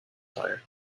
tyre